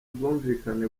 ubwumvikane